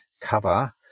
cover